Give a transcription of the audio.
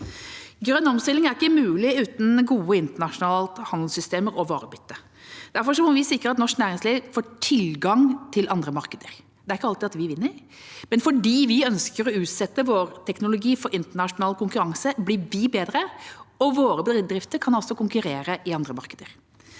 Grønn omstilling er ikke mulig uten gode internasjonale handelssystemer og varebytte. Derfor må vi sikre at norsk næringsliv får tilgang til andre markeder. Det er ikke alltid vi vinner, men fordi vi ønsker å utsette vår teknologi for internasjonal konkurranse, blir vi bedre, og våre bedrifter kan altså konkurrere i andre markeder.